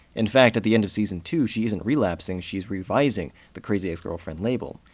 in fact, at the end of season two, she isn't relapsing, she's revising the crazy ex-girlfriend label.